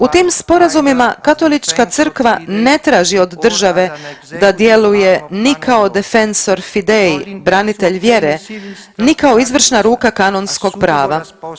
U tim sporazumima Katolička Crkva ne traži od države da djeluje ni kako Defensor fidei, branitelj vjere, ni kao izvršna ruka kanonskog prava.